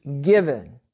given